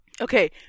Okay